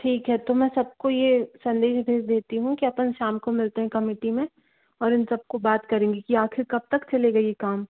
ठीक है तो मैं सबको ये संदेश भेज देती हूँ कि अपन शाम को मिलते हैं कमेटी में और इन सबको बात करेंगे कि आख़िर कब तक चलेगा ये काम